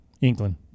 England